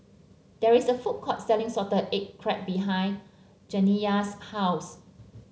there is a food court selling Salted Egg Crab behind Janiya's house